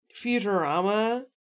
Futurama